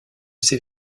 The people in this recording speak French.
ses